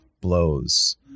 blows